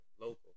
local